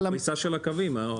הפריסה של הקווים.